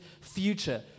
future